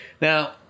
Now